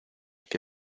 que